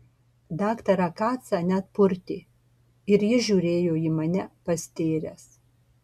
daktarą kacą net purtė ir jis žiūrėjo į mane pastėręs